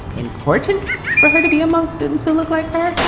important for her to be among students will look like her?